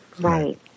Right